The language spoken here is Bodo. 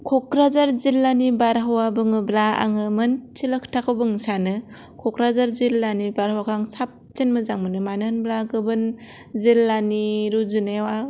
क'क्राझार जिल्लानि बारहावा बुंङोब्ला आंङो मोनसेल' खोथाखौ बुंनो सानो क'क्राझार जिल्लानि बारहावाखौनो आं साबसिन मोजां मोनो मानो होनोबा गुबुन जिल्लानि रुजुनायाव आं